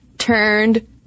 Turned